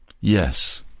yes